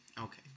Okay